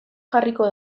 jarriko